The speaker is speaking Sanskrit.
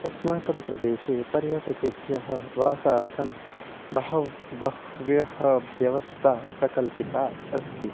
अस्माकं प्रदेशे पर्यटकेभ्यः वासार्थं बहव् बह्व्यः व्यवस्था प्रकल्पिता अस्ति